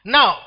Now